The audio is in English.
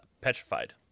petrified